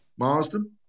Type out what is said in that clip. Marsden